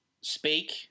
speak